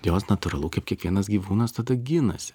jos natūralu kaip kiekvienas gyvūnas tada ginasi